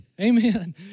Amen